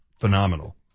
phenomenal